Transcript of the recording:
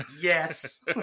Yes